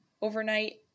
overnight